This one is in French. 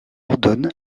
ordonne